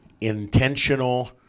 intentional